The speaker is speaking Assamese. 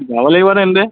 যাব লাগিব তেন্তে